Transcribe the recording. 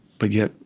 but yet,